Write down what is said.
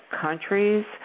countries